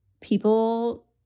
people